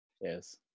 Yes